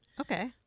Okay